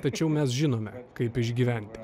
tačiau mes žinome kaip išgyventi